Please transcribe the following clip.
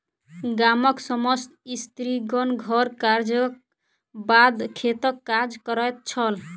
गामक समस्त स्त्रीगण घर कार्यक बाद खेतक काज करैत छल